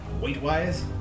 weight-wise